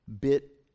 bit